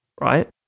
right